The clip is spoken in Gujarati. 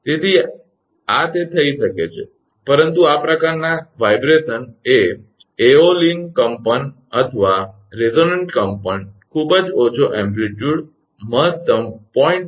તેથી આ તે થઈ શકે છે પરંતુ આ પ્રકારના કંપનવાઇબ્રેશન એ એઓલિયન કંપન અથવા રેઝોનન્ટ કંપન ખૂબ જ ઓછો એમ્પલીટ્યુડ મહત્તમ 0